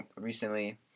recently